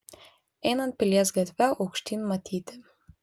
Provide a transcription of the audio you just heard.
einant pilies gatve aukštyn matyti